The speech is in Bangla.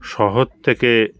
শহর থেকে